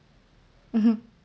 mmhmm